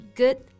good